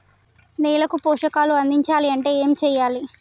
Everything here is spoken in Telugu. నేలకు పోషకాలు అందించాలి అంటే ఏం చెయ్యాలి?